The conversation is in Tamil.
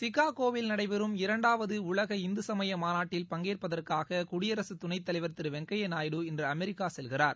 சிகாகோவில் நடைபெறும் இரண்டாவதுஉலக இந்துசமயமாநாட்டில் பங்கேற்பதற்காககுடியரசுத் துணைத் தலைவர் திருவெங்கய்யாநாயுடு இன்றுஅமெரிக்காசெல்கிறார்